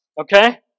Okay